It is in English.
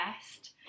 best